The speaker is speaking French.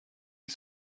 est